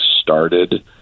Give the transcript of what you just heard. started